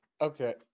okay